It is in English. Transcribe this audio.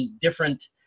different